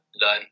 learn